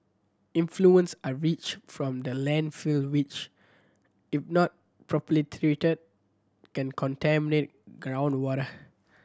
influence are reach from the landfill which if not properly treated can contaminate groundwater